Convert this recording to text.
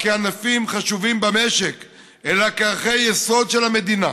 כענפים חשובים במשק אלא כערכי יסוד של המדינה,